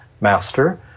master